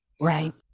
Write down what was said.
right